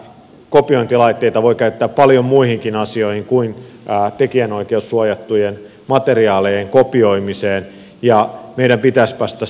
kopiointilaitteita voi käyttää paljon muihinkin asioihin kuin tekijänoikeussuojattujen materiaalien kopioimiseen ja meidän pitäisi päästä tästä eteenpäin